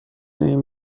این